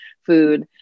food